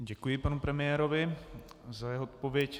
Děkuji panu premiérovi za jeho odpověď.